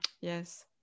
Yes